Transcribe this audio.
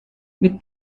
mit